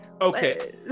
okay